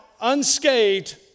unscathed